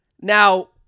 now